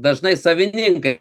dažnai savininkai